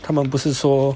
他们不是说